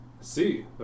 see